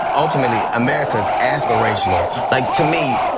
ultimately, america is aspirational. like, to me,